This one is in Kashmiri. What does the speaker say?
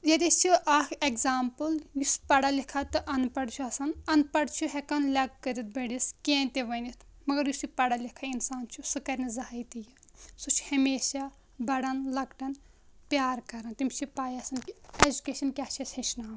ییٚتیتھ چھِ اکھ اٮ۪کزامپٕل یُس پَڑا لِکھا تہٕ اَن پَڑ چھُ آسان ان پڑ چھُ ہٮ۪کان لیکہٕ کرِتھ بٔڑس کیٚنٛہہ تہِ ؤنِتھ مَگر یُس یہِ پَڑا لِکھا اِنسان چھُ سُہ کَرِ نہٕ زٕہنۍ تہِ یہِ سُہ چھُ ہمیشہ بَڑٮ۪ن لۄکٹین پیار کَران تٔمِس چھِ پیۍ آسان کہِ ایٚجُکیشن کیاہ چھِ اَسہِ ہٮ۪چھناوان